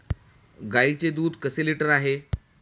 गाईचे दूध कसे लिटर आहे?